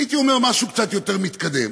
הייתי אומר משהו קצת יותר מתקדם,